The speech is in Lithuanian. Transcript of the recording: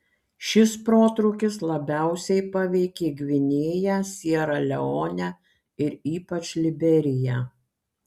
šis protrūkis labiausiai paveikė gvinėją siera leonę ir ypač liberiją